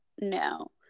no